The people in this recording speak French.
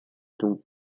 donc